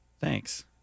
Thanks